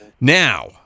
Now